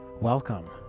Welcome